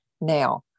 now